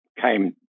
came